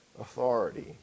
authority